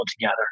together